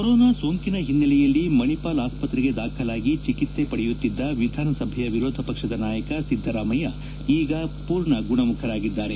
corona ಸೋಂಕಿನ ಹಿನ್ನೆಲೆಯಲ್ಲಿ ಮಣಿಪಾಲ್ ಆಸ್ಪತ್ರೆಗೆ ದಾಖಲಾಗಿ ಚಿಕಿತ್ಪೆ ಪಡೆಯುತ್ತಿದ್ದ ವಿಧಾನಸಭೆ ವಿರೋಧ ಪಕ್ಷದ ನಾಯಕ ಸಿದ್ದರಾಮಯ್ಯ ಈಗ ಪೂರ್ಣ ಗುಣಮುಖರಾಗಿದ್ದಾರೆ